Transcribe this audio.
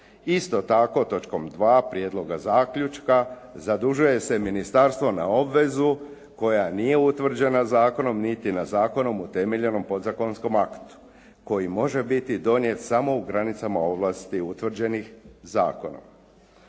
Isto tako točkom 2 prijedloga zaključka zadužuje se ministarstvo na obvezu koja nije utvrđena zakonom niti na zakonom utemeljenom podzakonskim aktu koji može biti donijet samo u granicama ovlasti utvrđenih zakonom.